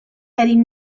qegħdin